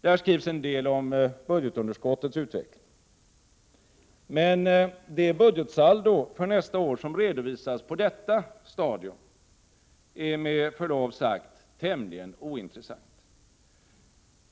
Där skrivs en del om budgetunderskottets utveckling. Men det budgetsaldo för nästa år som redovisas på detta stadium är med förlov sagt tämligen ointressant.